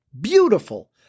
beautiful